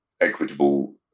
equitable